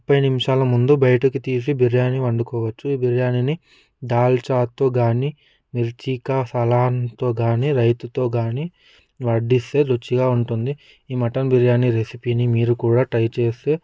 ముప్పై నిమిషాల ముందు బయటకు తీసి బిర్యానీ వండుకోవచ్చు బిర్యానీని దాల్చాతో కానీ మిర్చికా సలాన్తో కానీ రైతాతో కానీ వడ్డిస్తే రుచిగా ఉంటుంది ఈ మటన్ బిర్యానీ రెసిపీని మీరు కూడా ట్రై చేస్తే